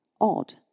odd